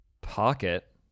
Pocket